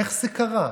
איך זה קרה?